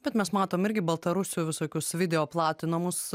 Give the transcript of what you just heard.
bet mes matom irgi baltarusių visokius video platinamus